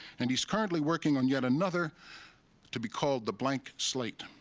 and he's currently working on yet another to be called the blank slate.